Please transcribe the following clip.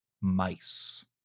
mice